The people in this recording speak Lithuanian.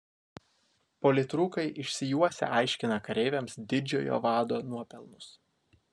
politrukai išsijuosę aiškina kareiviams didžiojo vado nuopelnus